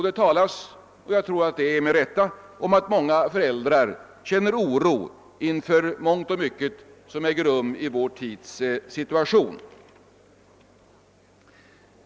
Det talas — som jag tror med rätta — om att många föräldrar känner oro inför mycket som håller på att hända i vår tid.